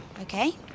okay